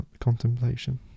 contemplation